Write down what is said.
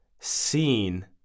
seen